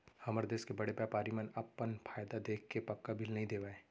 हमर देस के बड़े बैपारी मन अपन फायदा देखके पक्का बिल नइ देवय